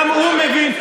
גם הוא מבין.